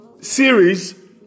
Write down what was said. series